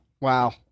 Wow